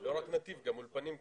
לא רק "נתיב", גם אולפנים כנראה.